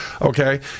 okay